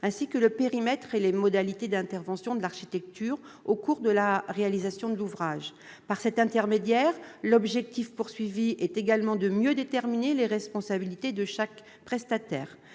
ainsi que le périmètre et les modalités d'intervention de l'architecte au cours de la réalisation de l'ouvrage. Notre objectif est également de mieux déterminer les responsabilités de chaque prestataire.